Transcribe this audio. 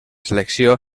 selecció